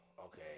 okay